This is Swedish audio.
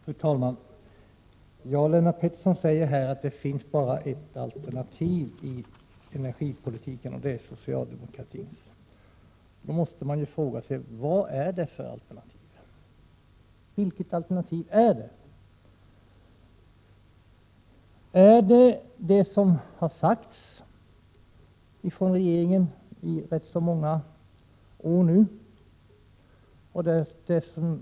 Fru talman! Lennart Pettersson säger att det finns bara ett alternativ i energipolitiken, det socialdemokratiska. Då måste man fråga sig vilket alternativ detta är. Är det det alternativ som regeringen i rätt många år har bekänt sig till?